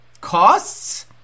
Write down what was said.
costs